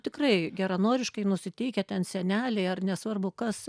tikrai geranoriškai nusiteikę ten seneliai ar nesvarbu kas